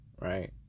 Right